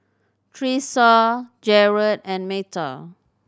Thresa Jarred and Metha